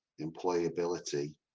employability